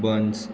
buns